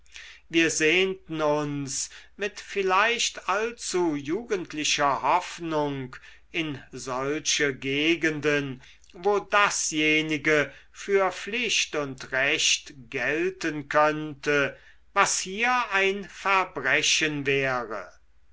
wir sehnten uns mit vielleicht allzu jugendlicher hoffnung in solche gegenden wo dasjenige für pflicht und recht gelten könnte was hier ein verbrechen wäre